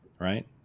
right